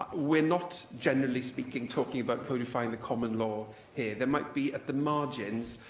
we're not, generally speaking, talking about codifying the common law here. there might be, at the margins,